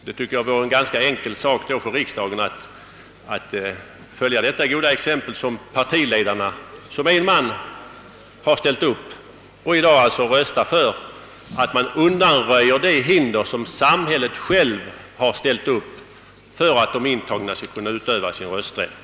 Jag tycker att det inte skulle vara särskilt svårt för riksdagens ledamöter att följa det goda exempel som partiledarna gav och i dag rösta för att de hinder skall undanröjas som samhället självt ställt upp när det gäller möjligheterna för de på kriminalvårdsoch liknande anstalter intagna att utöva sin rösträtt.